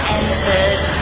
entered